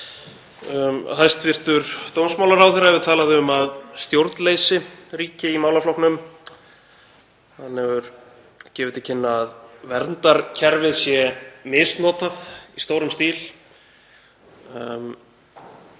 Hæstv. dómsmálaráðherra hefur talað um að stjórnleysi ríki í málaflokknum. Hann hefur gefið til kynna að verndarkerfið sé misnotað í stórum stíl.